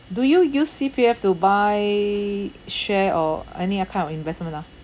do you use C_P_F to buy share or any uh kind of investment ah